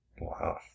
Wow